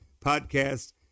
podcast